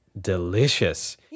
Delicious